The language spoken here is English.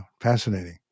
fascinating